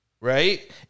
right